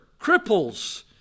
cripples